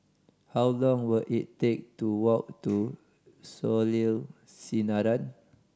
how long will it take to walk to Soleil Sinaran